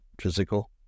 physical